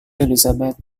elizabeth